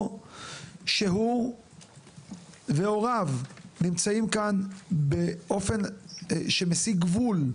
שהוא והוריו נמצאים כאן באופן שמסיג גבול,